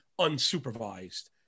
unsupervised